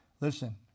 Listen